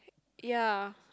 ya